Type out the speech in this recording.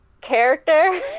character